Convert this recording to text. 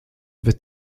wird